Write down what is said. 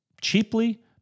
cheaply